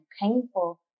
painful